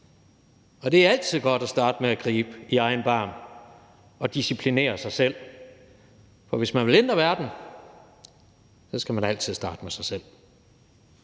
Og det er altid godt at starte med at gribe i egen barm og disciplinere sig selv. For hvis man vil ændre verden, skal man altid starte med sig selv.